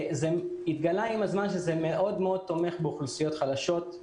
עם הזמן התגלה שזה תומך מאוד באוכלוסיות חלשות,